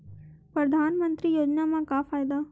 परधानमंतरी योजना म का फायदा?